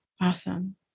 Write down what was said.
awesome